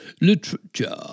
Literature